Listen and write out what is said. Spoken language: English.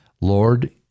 Lord